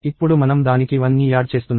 ఇప్పుడు మనం దానికి 1ని యాడ్ చేస్తున్నాము